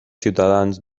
ciutadans